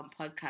podcast